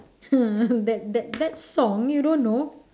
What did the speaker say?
that that that song you don't know